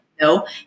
no